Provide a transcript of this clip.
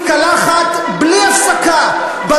את מתקלחת בלי הפסקה אני גרה שם,